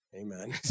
Amen